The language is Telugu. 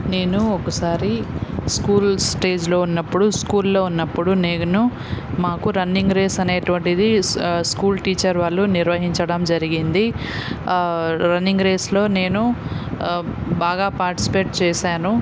నేను ఒకసారి స్కూల్ స్టేజ్లో ఉన్నప్పుడు స్కూల్లో ఉన్నప్పుడు నేను మాకు రన్నింగ్ రేస్ అనేటటువంటిది సో స్కూల్ టీచర్ వాళ్ళు నిర్వహించడం జరిగింది రన్నింగ్ రేస్లో నేను బాగా పాటిస్పేట్ చేశాను